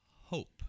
hope